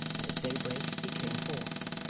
and at daybreak he came forth.